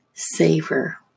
Savor